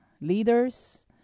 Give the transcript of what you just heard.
leaders